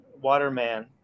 waterman